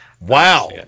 Wow